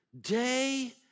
day